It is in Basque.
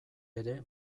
ere